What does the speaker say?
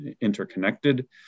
interconnected